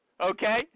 okay